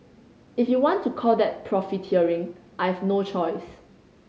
if you want to call that profiteering I've no choice